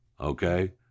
Okay